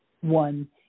one